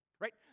right